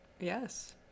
Yes